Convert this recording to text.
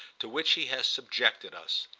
to which he has subjected us.